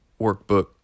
workbook